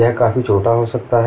यह काफी छोटा हो सकता है